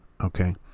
Okay